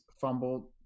fumbled